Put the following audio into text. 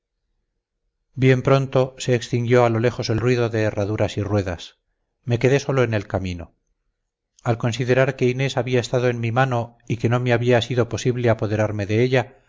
bien pronto se extinguió a lo lejos el ruido de herraduras y ruedas me quedé solo en el camino al considerar que inés había estado en mi mano y que no me había sido posible apoderarme de ella